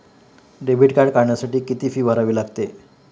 Debit card काढण्यासाठी किती fee भरावी लागते?